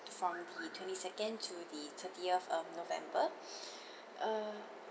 from the twenty second to the thirtieth of november uh